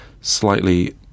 slightly